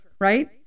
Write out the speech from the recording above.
right